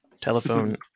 Telephone